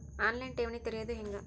On line ಠೇವಣಿ ತೆರೆಯೋದು ಹೆಂಗ?